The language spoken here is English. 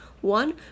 one